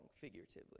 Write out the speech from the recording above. figuratively